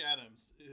Adams